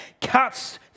cuts